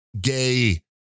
gay